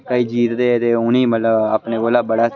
भाई जित्तदे ते उ'नेंगी मतलब अपने कोला बड़ा